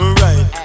right